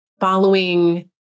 following